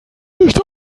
nicht